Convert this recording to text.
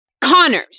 Connors